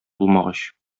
булмагач